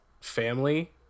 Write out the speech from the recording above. family